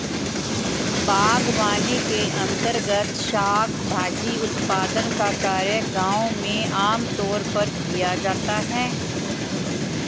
बागवानी के अंर्तगत शाक भाजी उत्पादन का कार्य गांव में आमतौर पर किया जाता है